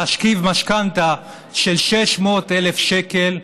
להשכיב משכנתה של 600,000 שקל,